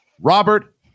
Robert